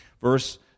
verse